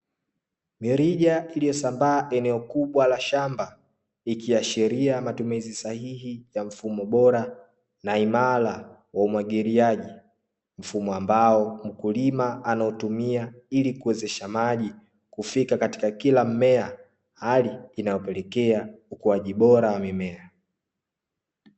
Mirija iliyosambaa eneo kubwa la shamba ikiashiria matumizi sahihi ya mfumo bora na imara wa umwagiliaji, mfumo ambao mkulima anautumia ili kuwezesha maji kufika katika kila mmea hali inayopelekea ukuaji bora wa mimea.